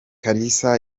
kalisa